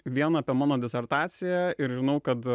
vien apie mano disertaciją ir žinau kad